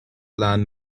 land